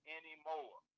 anymore